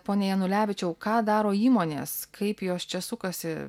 pone janulevičiaus ką daro įmonės kaip jos čia sukasi